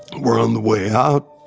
we're on the way out.